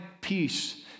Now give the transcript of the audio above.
peace